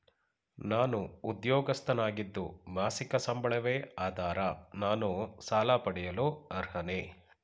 ನಾನು ಉದ್ಯೋಗಸ್ಥನಾಗಿದ್ದು ಮಾಸಿಕ ಸಂಬಳವೇ ಆಧಾರ ನಾನು ಸಾಲ ಪಡೆಯಲು ಅರ್ಹನೇ?